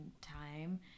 time